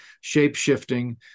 shape-shifting